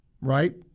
right